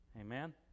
Amen